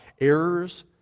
errors